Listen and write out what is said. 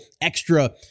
extra